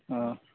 हाँ